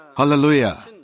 Hallelujah